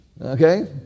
Okay